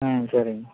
సరే అండి